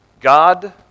God